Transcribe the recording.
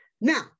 Now